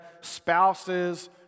spouses